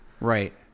Right